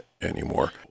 anymore